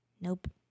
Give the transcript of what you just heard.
Nope